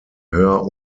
hör